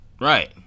Right